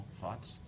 thoughts